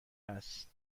هست